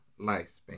lifespan